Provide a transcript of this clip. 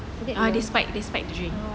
ah the spike the spike drink